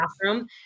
bathroom